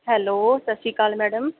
hello ਸਤਿ ਸ਼੍ਰੀ ਅਕਾਲ ਮੈਡਮ